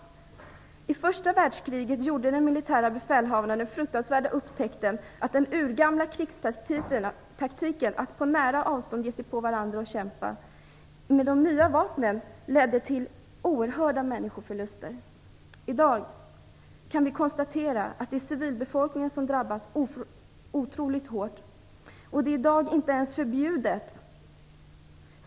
Under första världskriget gjorde de militära befälhavarna den fruktansvärda upptäckten att den urgamla krigstaktiken att på nära håll ge sig på varandra och kämpa ledde till oerhörda människoförluster i och med användningen av de nya vapnen. I dag kan vi konstatera att civilbefolkningen drabbas otroligt hårt - och det är i dag inte ens förbjudet.